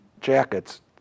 jackets